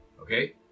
Okay